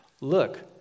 Look